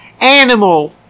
animal